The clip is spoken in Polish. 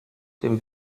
tym